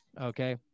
okay